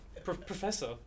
Professor